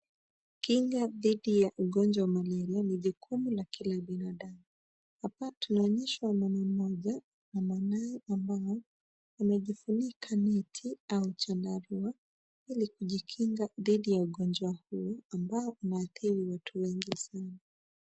Kinga dhidi ya ugonjwa wa malaria ni jukumu la kila binadamu. Hapa tunaonyeshwa mama mmoja na mwanao ambao wamejifunika neti au chandarua ili kujikinga dhidi ya ugonjwa huu ambao umeathiri watu wengi sana.